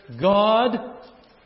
God